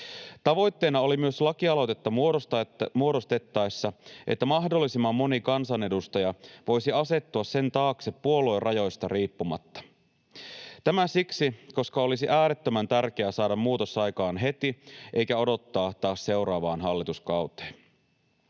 Tavoitteena oli myös lakialoitetta muodostettaessa, että mahdollisimman moni kansanedustaja voisi asettua sen taakse puoluerajoista riippumatta. Tämä siksi, koska olisi äärettömän tärkeää saada muutos aikaan heti eikä odottaa taas seuraavaan hallituskauteen.